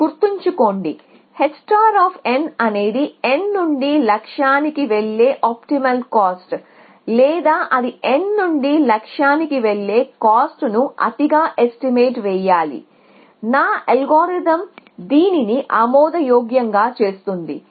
గుర్తుంచుకోండి h అనేది n నుండి లక్ష్యానికి వెళ్ళే ఆప్టిమల్ కాస్ట్ లేదా అది n నుండి లక్ష్యానికి వెళ్ళే కాస్ట్ ను అతిగా ఎస్టిమేట్ వేయాలి నా అల్గోరిథం దీనిని ఆమోదయోగ్యంగా చేస్తుంది